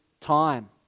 time